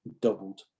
doubled